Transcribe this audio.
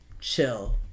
chill